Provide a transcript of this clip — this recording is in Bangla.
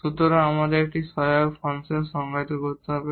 সুতরাং আমাদের এমন একটি সহায়ক ফাংশন সংজ্ঞায়িত করতে হবে